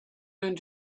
going